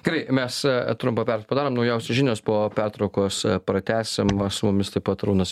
gerai mes trumpą pertrauką padarom naujausios žinios po pertraukos pratęsim su mumis taip pat arūnas